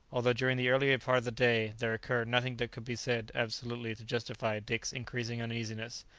although during the earlier part of the day there occurred nothing that could be said absolutely to justify dick's increasing uneasiness,